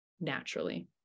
naturally